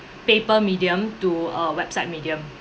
paper medium to uh website medium